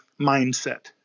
mindset